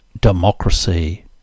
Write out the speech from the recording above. democracy